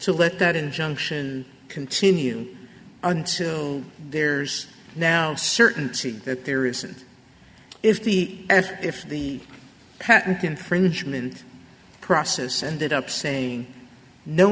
to let that injunction continue until there's now certainty that there isn't if he if the patent infringement process ended up saying no